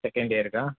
second ಇಯರಿಗಾ